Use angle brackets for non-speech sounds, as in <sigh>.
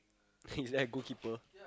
<laughs> is that a goalkeeper